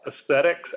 aesthetics